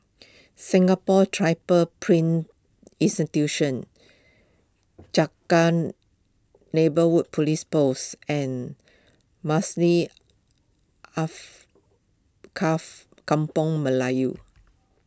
Singapore Print Institution Changkat Neighbourhood Police Post and Maslid Kampung Melayu